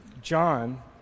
John